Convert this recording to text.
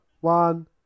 One